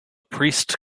priest